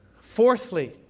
Fourthly